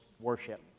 worship